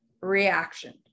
reaction